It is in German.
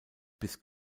bis